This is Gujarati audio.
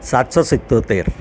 સાતસો સિત્તોતેર